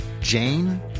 jane